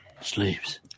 sleeps